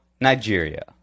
Nigeria